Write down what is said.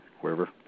wherever